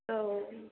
औ औ